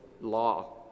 law